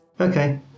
Okay